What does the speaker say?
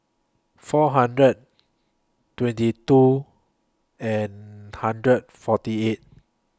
four hundred twenty two and hundred forty eight